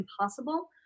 impossible